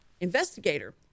investigator